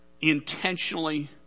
intentionally